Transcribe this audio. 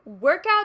workout